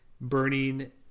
burning